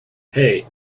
hey